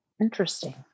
Interesting